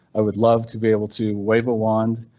i would love to be able to wave a wand,